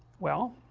well,